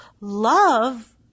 love